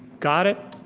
got it,